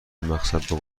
مقصدم